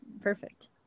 Perfect